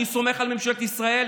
אני סומך על ממשלת ישראל,